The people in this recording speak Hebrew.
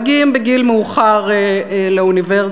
שלא תתבלבלו.